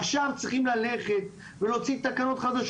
עכשיו מריכים ללכת ולהוציא תקנות חדשות